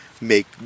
make